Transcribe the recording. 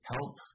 help